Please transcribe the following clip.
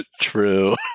true